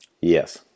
Yes